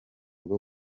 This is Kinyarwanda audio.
bwo